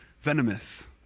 venomous